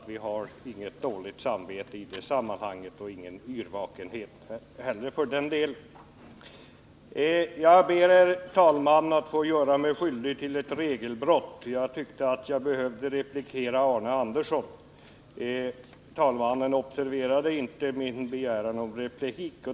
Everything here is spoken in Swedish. Vi har inget dåligt samvete i det fallet och inte någon yrvakenhet heller för den delen. Jag ber nu, herr talman, att få göra mig skyldig till ett regelbrott. Jag tyckte jag behövde replikera Arne Andersson, men talmannen observerade inte min begäran om replik.